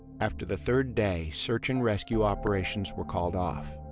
after the third day, search and rescue operations were called off.